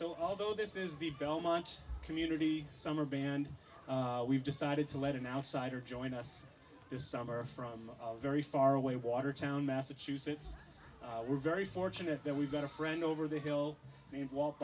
so although this is the belmont community summer band we've decided to let an outsider join us this summer from very far away watertown massachusetts we're very fortunate that we've got a friend over the hill and walk